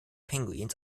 penguins